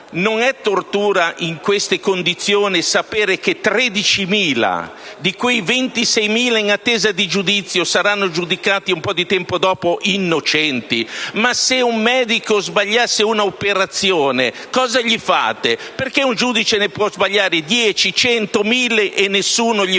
Non è tortura, in queste condizioni, sapendo che 13.000 di quei 26.000 detenuti in attesa di giudizio saranno giudicati un po' di tempo dopo innocenti? Ma se un medico sbagliasse un'operazione, cosa gli fareste? Perché un giudice ne può sbagliare dieci, cento, mille e nessuno gli fa